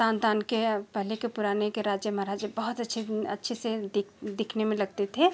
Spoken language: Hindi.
तान तान के पहले के पुराने के राजा महाराजा बहुत अच्छे अच्छे से दिख दिखने में लगते थे